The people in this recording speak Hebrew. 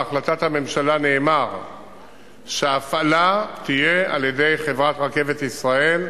בהחלטת הממשלה נאמר שההפעלה תהיה על-ידי חברת "רכבת ישראל"